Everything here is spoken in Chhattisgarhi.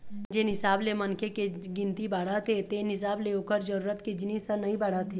जेन हिसाब ले मनखे के गिनती बाढ़त हे तेन हिसाब ले ओखर जरूरत के जिनिस ह नइ बाढ़त हे